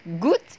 good